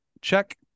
check